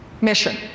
mission